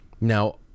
Now